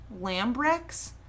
Lambrex